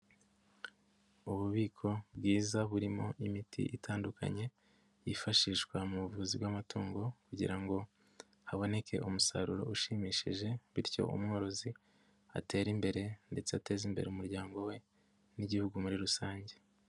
Ububiko bwiza burimo imiti itandukanye yifashishwa mu buvuzi bw'amatungo kugira ngo haboneke umusaruro ushimishije bityo umworozi atere imbere ndetse ateze imbere umuryango we n'igihugu muri rusange.